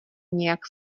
nějak